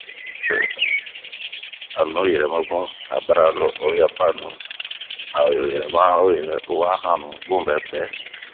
Ah anu yirɛma bun ,abaralo ohi a banu, ao yirɛma oyɛrɛ wa hannu, bun bɛ bɛɛ.